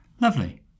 Lovely